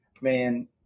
man